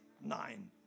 nine